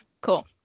cool